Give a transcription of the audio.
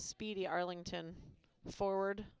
speedy arlington forward